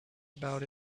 about